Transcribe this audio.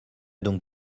donc